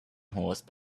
horse